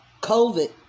COVID